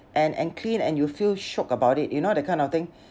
and and clean and you feel shiok about it you know that kind of thing